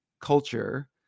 culture